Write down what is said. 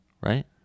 Right